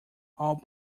all